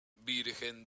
virgen